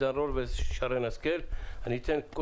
ושרן השכל,